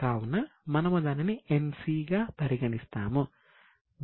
కావున మనము దానిని NC గా పరిగణిస్తాము